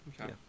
Okay